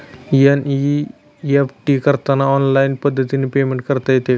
NEFT करताना online पद्धतीने payment करता येते का?